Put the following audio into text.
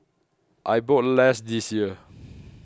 I bought less this year